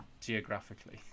geographically